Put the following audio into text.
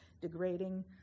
degrading